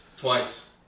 Twice